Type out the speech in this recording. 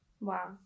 Wow